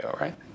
right